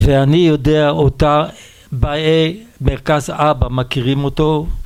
‫ואני יודע אותה באי מרכז אבא, ‫מכירים אותו?